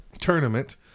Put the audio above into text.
Tournament